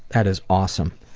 that is awesome.